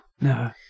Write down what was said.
No